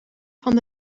van